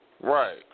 Right